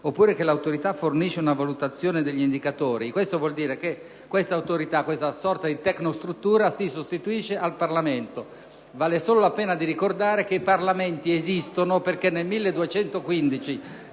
oppure che l'Autorità fornisce una valutazione degli indicatori, vuol dire che questa sorta di tecnostruttura si sostituisce al Parlamento. Vale solo la pena di ricordare che i Parlamenti esistono perché nel 1215